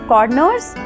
Corners